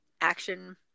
action